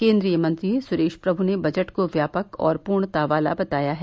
केन्द्रीय मंत्री सुरेश प्रमु ने बजट को व्यापक और पूर्णता वाला बताया है